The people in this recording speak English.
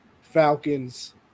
Falcons